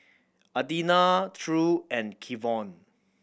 Adina True and Kevon